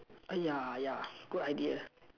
uh ya yeah good idea